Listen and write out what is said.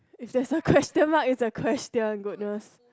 if there's a question mark it's a question goodness